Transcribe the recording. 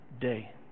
day